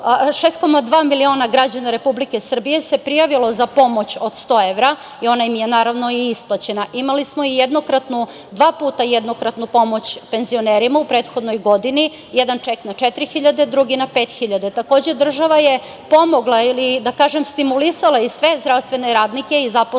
6,2 miliona građana Republike Srbije se prijavilo za pomoć od sto evra i ona im je naravno i isplaćena. Imali smo i dva puta jednokratnu pomoć penzionerima u prethodnoj godini, jedan ček na četiri hiljade, drugi na pet hiljada. Takođe, država je pomogla ili, da kažem, stimulisala sve zdravstvene radnike i zaposlene